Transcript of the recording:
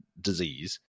disease